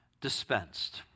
dispensed